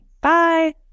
Bye